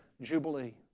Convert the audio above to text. jubilee